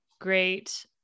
great